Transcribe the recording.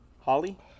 Holly